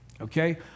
okay